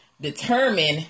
determine